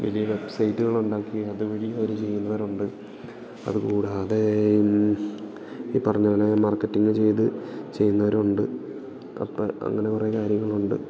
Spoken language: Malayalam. വലിയ വെബ്സൈറ്റുകളുണ്ടാക്കി അതുവഴി അവർ ചെയ്യുന്നവരുണ്ട് അതുകൂടാതെ ഈ പറഞ്ഞപോലെ മാർക്കറ്റിങ്ങ് ചെയ്ത് ചെയ്യുന്നവരും ഉണ്ട് അപ്പം അങ്ങനെ കുറേ കാര്യങ്ങളുണ്ട്